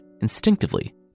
Instinctively